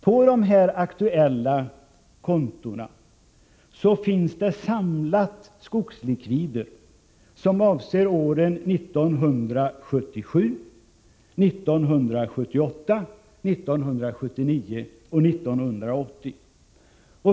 På de aktuella kontona finns skogslikvider samlade som avser åren 1977, 1978, 1979 och 1980.